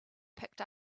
picked